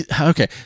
okay